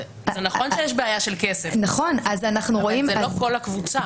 נכון שיש בעיה של כסף אבל זאת לא כל הקבוצה.